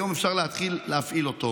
היום אפשר להתחיל להפעיל אותו,